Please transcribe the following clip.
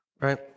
right